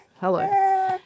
Hello